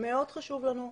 מאוד חשוב לנו.